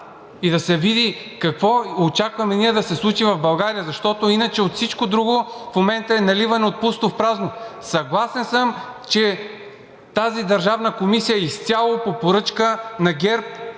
и да се види какво очакваме ние да се случи в България, защото иначе всичко друго в момента е наливане от пусто в празно. Съгласен съм, че тази държавна комисия изцяло е по поръчка на ГЕРБ